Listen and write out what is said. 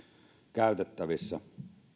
käytettävissä